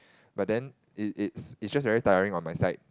but then it it's it's just very tiring on my side